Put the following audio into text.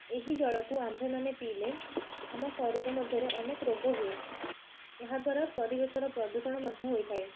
ଏହି ଜଳକୁ ଆମ୍ଭେ ମାନେ ପିଇଲେ ଆମ ଶରୀର ମଧ୍ୟରେ ଅନେକ ରୋଗ ହୁଏ ଏହାଦ୍ୱାରା ପରିବେଶର ପ୍ରଦୂଷଣ ମଧ୍ୟ ହୋଇଥାଏ